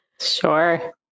Sure